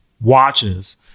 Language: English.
watches